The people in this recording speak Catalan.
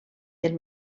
ell